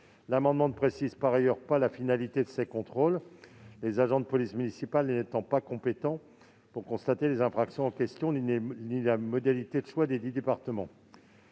amendement ne précisent pas la finalité de ces contrôles- les agents de police municipale n'étant pas compétents pour constater les infractions en question -ni les modalités de choix des dix départements